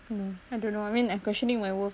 you know I don't know I mean I'm questioning my worth